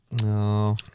No